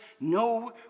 no